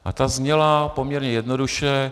A ta zněla poměrně jednoduše.